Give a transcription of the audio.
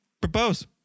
propose